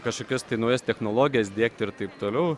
kažkokias tai naujas technologijas diegti ir taip toliau